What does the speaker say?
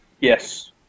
Yes